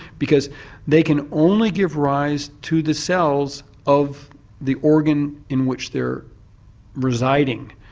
because they can only give rise to the cells of the organ in which they are residing.